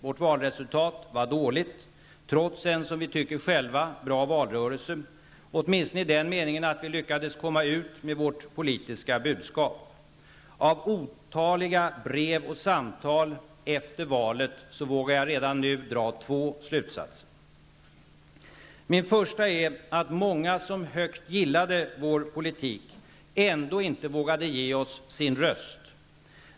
Valresultatet för vår del var dåligt trots en, som vi själva tycker, bra valrörelse -- åtminstone i den meningen att vi lyckades nå ut med vårt politiska budskap. Av otaliga brev och samtal efter valet vågar jag redan nu dra två slutsatser. Min första slutsats är den att många som högt gillade vår politik ändå inte vågade ge oss sin röst.